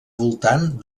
voltant